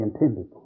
intended